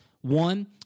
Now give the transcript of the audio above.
One